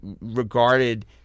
regarded